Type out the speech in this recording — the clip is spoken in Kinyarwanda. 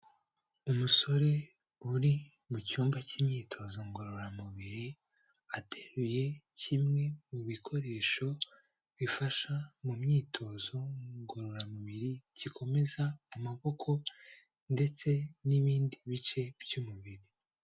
Umusore uri mu cyumba k'imyitozo ngororamubiri, ateruye kimwe mu bikoresho bifasha mu myitozo ngororamubiri, gikomeza amaboko ndetse n'ibindi bice by'umubiri.